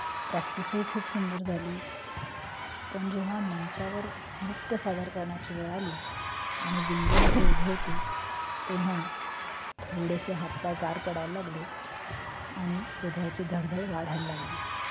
प्रॅक्टिसही खूप सुंदर झाली पण जेव्हा मंचावर नृत्य सादर करण्याची वेळ आली आणि विंगेमध्ये उभी होते तेव्हा थोडेसे हातपाय गार पडायला लागले आणि हृदयाची धडधड वाढायला लागली